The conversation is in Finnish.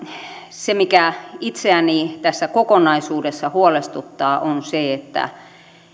se mikä itseäni tässä kokonaisuudessa huolestuttaa on se että